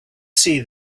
see